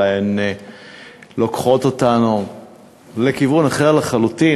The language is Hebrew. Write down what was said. אלא לוקחות אותנו לכיוון אחר לחלוטין,